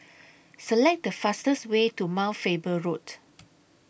Select The fastest Way to Mount Faber Road